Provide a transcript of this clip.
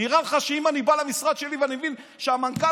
נראה לך שאם אני בא למשרד שלי ואני מבין שהמנכ"ל